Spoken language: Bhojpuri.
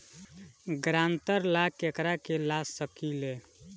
ग्रांतर ला केकरा के ला सकी ले?